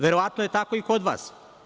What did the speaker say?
Verovatno je tako i kod vas.